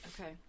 Okay